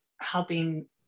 helping